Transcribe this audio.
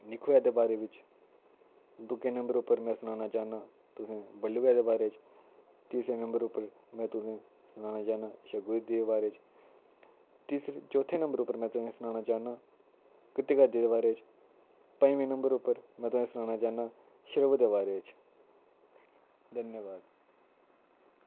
निक्खु भैया दे बारे विच दुगे नंबर उप्पर में सनाना चाह्नां तुसें बल्लू भैया दे बारे च तीसरे नंबर उप्पर में तुसें सनाना चाह्नां शगु दीदी दे बारे च तीसरे चौथे नंबर उप्पर में तुसें सनाना चाह्नां कृतिका दीदी दे बारा च पंजमें नंबर उप्पर में तुसेंगी सनाना चाह्नां श्रवू दे बारे च धन्यवाद